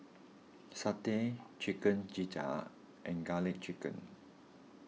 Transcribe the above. Satay Chicken Gizzard and Garlic Chicken